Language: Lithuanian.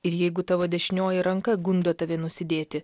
ir jeigu tavo dešinioji ranka gundo tave nusidėti